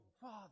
Father